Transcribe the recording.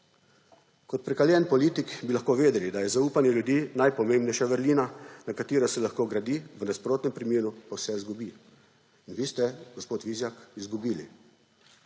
Kot prekaljen politik bi lahko vedeli, da je zaupanje ljudi najpomembnejša vrlina, na kateri se lahko gradi, v nasprotnem primeru pa vse izgubi. In vi ste, gospod Vizjak, izgubili.